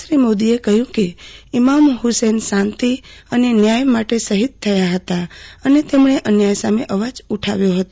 શ્રી મોદીએ કહ્યું કે ઇમામ હુસૈન શાંતિ અને ન્યાય માટે શહિદ થયા હતા અને તેમણે અન્યાય સામે અવાજ ઉઠાવ્યો હતો